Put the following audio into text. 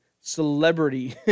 celebrity